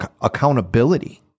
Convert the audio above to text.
accountability